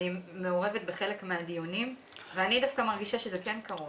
אני מעורבת בחלק מהדיונים ואני מרגישה שזה כן קרוב.